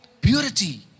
purity